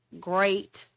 great